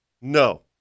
No